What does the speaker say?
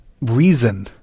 reason